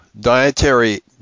dietary